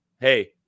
hey